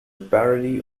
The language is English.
parody